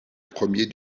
premier